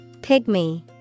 pygmy